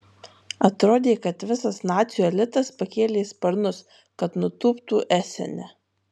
atrodė kad visas nacių elitas pakėlė sparnus kad nutūptų esene